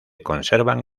conservan